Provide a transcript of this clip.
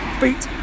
beat